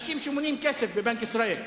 אנשים שמונים כסף בבנק ישראל.